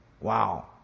Wow